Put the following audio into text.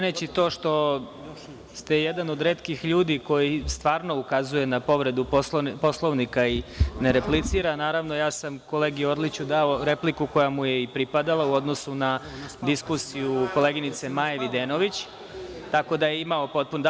Ceneći to što ste jedan od retkih ljudi koji stvarno ukazuje na povredu Poslovnika i ne replicira, naravno, ja sam kolegi Orliću dao repliku koja mu je i pripadala u odnosu na diskusiju koleginice Maje Videnović, tako da je imao potpuno pravo.